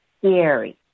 scary